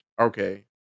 okay